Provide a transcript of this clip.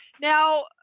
Now